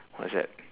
what's that